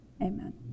amen